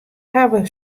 hawwe